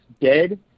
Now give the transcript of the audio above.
dead